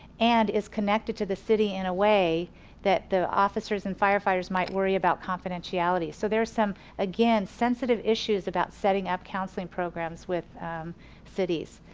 and is connected to the city in a way that the officers and firefighters might worry about confidentiality. so there's some, again sensitive issuers about setting up counseling programs with cities.